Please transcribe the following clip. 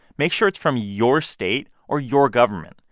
make sure it's from your state or your government.